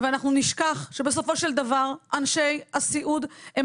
ואנחנו נשכח שבסופו של דבר אנשי הסיעוד הם